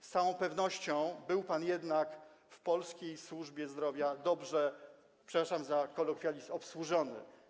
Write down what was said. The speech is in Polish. Z całą pewnością był pan w polskiej służbie zdrowia dobrze - przepraszam za kolokwializm - obsłużony.